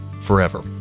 forever